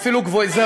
אפילו גבוהים יותר.